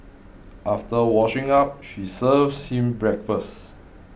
after washing up she serves him breakfast